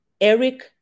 Eric